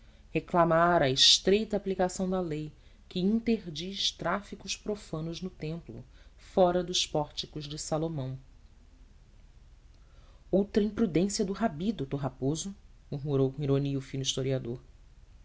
reclamara a estreita aplicação da lei que interdiz tráficos profanos no templo fora dos pórticos de salomão outra imprudência do rabi d raposo murmurou com ironia o fino historiador